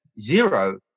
zero